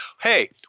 hey